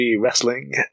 Wrestling